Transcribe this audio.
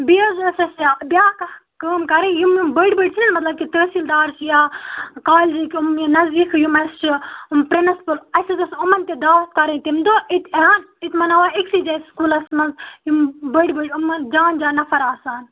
بیٚیہِ حظ ٲس اَسہِ بیاکھ اکھ کٲم کَرٕنۍ یِم یِم بٔڑۍ بٔڑۍ چھِنا مطلب ییٚکیاہ تحصیٖلدار چھِ یا کالجِکۍ یُم یہِ نَزدیٖک یِم اَسہِ چھِ یِم پرٕنَسپٕل اَسہِ حظ ٲس یِمن تہِ دعوت کَرٕنۍ تمہِ دۄہ اتہِ یِہن اتہِ مناوہو أکسٕے جایہِ سکوٗلس منٛز یِم بٔڑۍ بٔڑۍ یِم جان جان نَفر آسہِ ہن